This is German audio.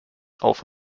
auf